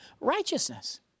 Righteousness